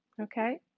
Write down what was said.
okay